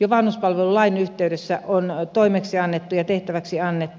jo vanhuspalvelulain yhteydessä on toimeksi ja tehtäväksi annettu